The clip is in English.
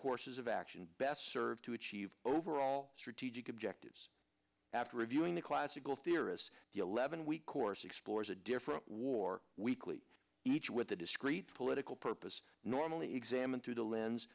courses of action best served to achieve overall strategic objectives after reviewing the classical theorists the eleven week course explores a different war weekly each with a discrete political purpose normally examined through the lens